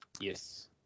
Yes